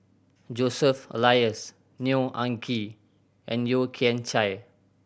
Joseph Elias Neo Anngee and Yeo Kian Chai